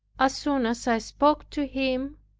as soon as i spoke to him,